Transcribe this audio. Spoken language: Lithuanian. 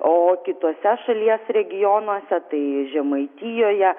o kituose šalies regionuose tai žemaitijoje